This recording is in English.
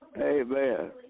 Amen